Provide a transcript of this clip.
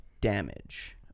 damage